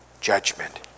judgment